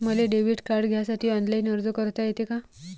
मले debit card घ्यासाठी online अर्ज करता येते का?